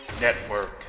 Network